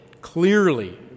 clearly